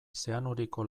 zeanuriko